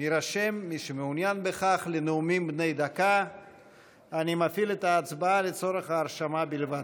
שעה 16:00 תוכן העניינים נאומים בני דקה 3 מאיר כהן (כחול לבן):